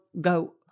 go